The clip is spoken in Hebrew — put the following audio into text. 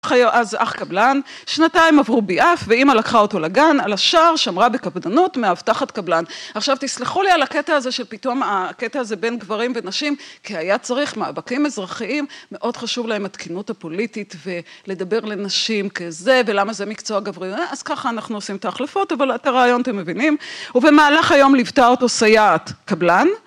אז אך קבלן, שנתיים עברו ביעף ואמא לקחה אותו לגן על השער שמרה בקפדנות מאבטחת קבלן. עכשיו, תסלחו לי על הקטע הזה של פתאום, הקטע הזה בין גברים ונשים, כי היה צריך מאבקים אזרחיים, מאוד חשוב להם התקינות הפוליטית ולדבר לנשים כזה ולמה זה מקצוע גברי, אז ככה אנחנו עושים את ההחלפות, אבל את הרעיון אתם מבינים ובמהלך היום, ליוותה אותו סייעת קבלן.